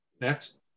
Next